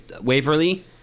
Waverly